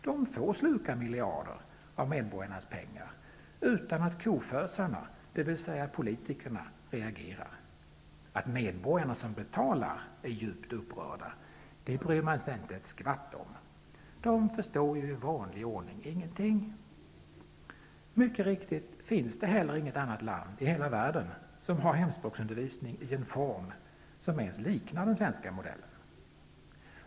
De får sluka miljarder av medborgarnas pengar, utan att kofösarna, dvs. politikerna, reagerar. Att medborgarna som betalar är djupt upprörda bryr man sig inte ett skvatt om. De förstår ju i vanlig ordning ingenting. Mycket riktigt finns det heller inget annat land i hela världen som har hemspråksundervisning i en form som ens liknar den svenska modellen.